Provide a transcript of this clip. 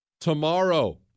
Tomorrow